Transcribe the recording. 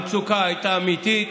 המצוקה הייתה אמיתית.